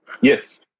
Yes